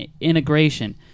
integration